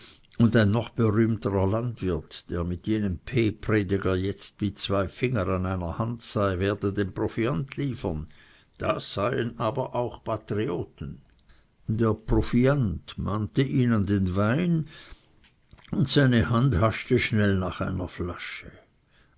und ein noch berühmterer landwirt der mit jenem p prediger jetzt wie zwei finger an einer hand sei werde den proviant liefern das seien aber auch patrioten der proviant mahnte ihn an den wein und seine hand haschte schnell nach einer flasche